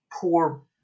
poor